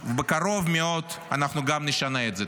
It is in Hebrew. בקרוב מאוד אנחנו גם נשנה את זה.